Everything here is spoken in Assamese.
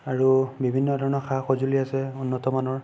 আৰু বিভিন্ন ধৰণৰ সা সঁজুলি আছে উন্নতমানৰ